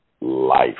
life